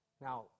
Now